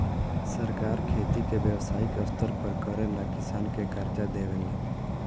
सरकार खेती के व्यवसायिक स्तर पर करेला किसान के कर्जा देवे ले